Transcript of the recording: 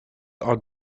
are